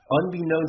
unbeknownst